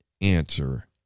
answer